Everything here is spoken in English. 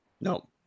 No